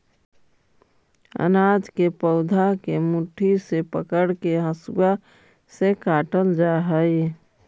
अनाज के पौधा के मुट्ठी से पकड़के हसुआ से काटल जा हई